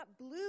blue